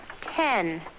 Ten